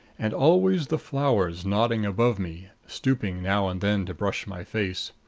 and always the flowers nodding above me, stooping now and then to brush my face.